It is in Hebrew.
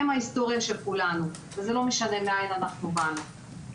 הם ההיסטוריה של כולנו וזה לא משנה מאיין אנחנו באנו,